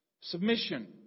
submission